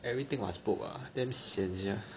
everything must book ah damn sian sia